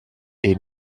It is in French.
est